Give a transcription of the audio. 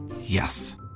Yes